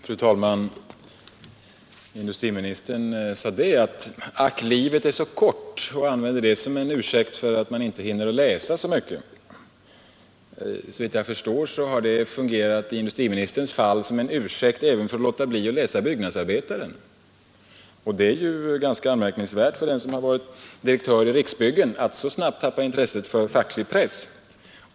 Fru talman! Industriministern sade att livet är så kort och använder det som en ursäkt för att han inte hinner att läsa så mycket. Såvitt jag förstår har det i industriministerns fall fungerat som en ursäkt för att även låta bli att läsa Byggnadsarbetaren. Det är ganska anmärkningsvärt att den som varit direktör i Riksbyggen så snabbt tappar intresset för facklig press.